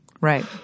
Right